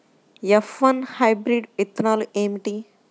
F one hybrid విత్తనాలు ఏమిటి?